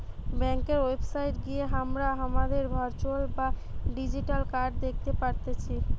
ব্যাংকার website গিয়ে হামরা হামাদের ভার্চুয়াল বা ডিজিটাল কার্ড দ্যাখতে পারতেছি